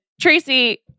Tracy